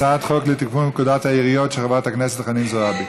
הצעת חוק לתיקון פקודת העיריות של חברת הכנסת חנין זועבי.